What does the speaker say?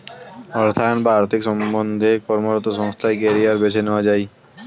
অর্থায়ন বা আর্থিক সম্বন্ধে কর্মরত সংস্থায় কেরিয়ার বেছে নেওয়া যায়